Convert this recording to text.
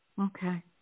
Okay